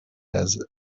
has